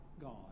God